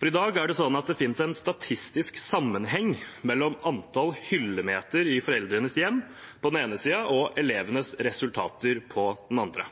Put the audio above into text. I dag er det sånn at det finnes en statistisk sammenheng mellom antall hyllemeter i foreldrenes hjem på den ene siden og elevenes resultater på den andre.